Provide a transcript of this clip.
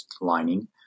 lining